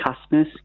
customers